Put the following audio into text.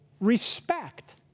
respect